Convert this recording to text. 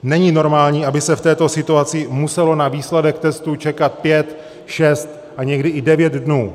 Není normální, aby se v této situaci muselo na výsledek testu čekat pět, šest a někdy i devět dnů.